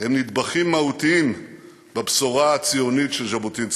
הם נדבכים מהותיים בבשורה הציונית של ז'בוטינסקי.